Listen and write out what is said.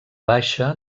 baixa